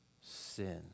sin